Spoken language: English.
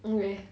ya